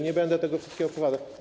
Nie będę tego wszystkiego opowiadał.